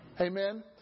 Amen